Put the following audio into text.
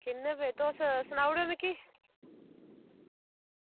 किन्ने बजे ते तुस सनाई ओड़ेओ मिगी